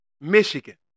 Michigan